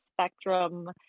spectrum